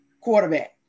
quarterback